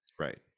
Right